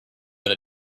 than